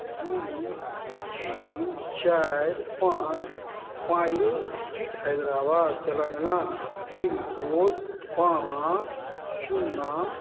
दुइ तीन चारि पाँच pine street Hyderabad Telangana pincode पाँच सुन्ना